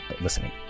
listening